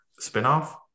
spinoff